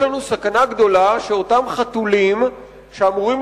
יש לנו סכנה גדולה שאותם חתולים שאמורים